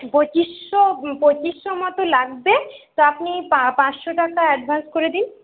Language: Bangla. পঁচিশশো পঁচিশশো মতো লাগবে তো আপনি পাঁচশো টাকা অ্যাডভান্স করে দিন